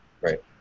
Right